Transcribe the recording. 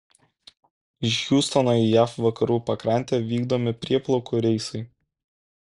iš hjustono į jav vakarų pakrantę vykdomi prieplaukų reisai